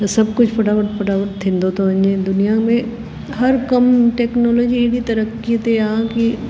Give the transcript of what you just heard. त सभु कुझु फ़टाफट फ़टाफट थींदो थो वञे दुनियां में हर कम टैक्नोलॉजी एॾी तरक्की ते आहे की